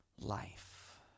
life